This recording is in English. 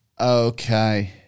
Okay